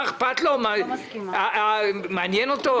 מעניין אותו?